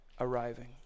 arriving